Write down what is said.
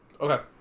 Okay